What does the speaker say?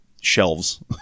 shelves